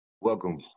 Welcome